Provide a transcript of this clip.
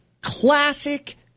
classic